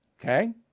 Okay